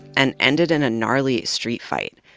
and ended in a gnarly street fight.